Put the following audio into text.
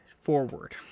forward